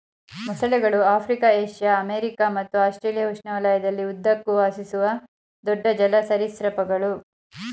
ಮೊಸಳೆಗಳು Africa Asia America ಮತ್ತು Australia ಉಷ್ಣವಲಯದಲ್ಲಿ ಉದ್ದಕ್ಕೂ ವಾಸಿಸುವ ದೊಡ್ಡ ಜಲ ಸರೀಸೃಪಗಳು